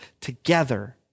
together